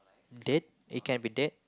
dead it can be dead